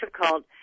difficult